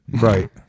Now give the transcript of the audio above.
Right